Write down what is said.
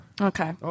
Okay